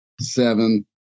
Seven